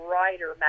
Writer